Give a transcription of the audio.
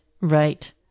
Right